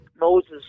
Moses